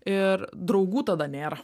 ir draugų tada nėra